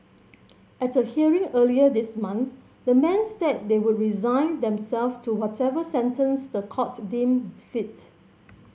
at a hearing earlier this month the men said they would resign them self to whatever sentence the court deemed fit